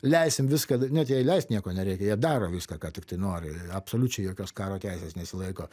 leisim viską net jei leist nieko nereikia jie daro viską ką tiktai nori absoliučiai jokios karo teisės nesilaiko